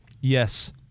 yes